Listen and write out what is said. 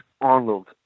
Arnold